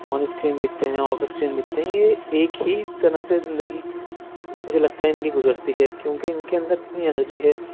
آن screen دکھتے ہیں off screen دکھتے ہیں یہ ایک ہی طرح سے زندگی مجھے لگتا ہے ان کی گزرتی ہے کیونکہ ان کے اندر اتنی انرجی ہے